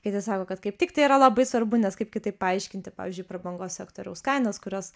kiti sako kad kaip tik tai yra labai svarbu nes kaip kitaip paaiškinti pavyzdžiui prabangos sektoriaus kainas kurios